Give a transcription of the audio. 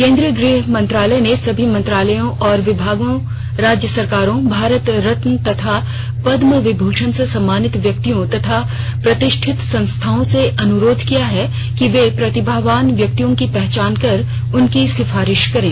केंद्रीय गृह मंत्रालय ने सभी मंत्रालयों और विभागों राज्य सरकारों भारत रत्न तथा पदमविभूषण से सम्मानित व्यक्तियों तथा प्रतिष्ठित संस्थाओं से अनुरोध किया है कि वे प्रतिभावान व्यक्तियों की पहचान कर उनकी सिफारिश करें